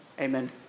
Amen